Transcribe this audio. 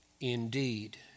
indeed